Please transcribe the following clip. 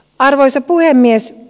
arvoisa puhemies